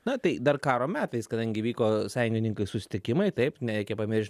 na tai dar karo metais kadangi vyko sąjungininkai susitikimai taip nereikia pamiršt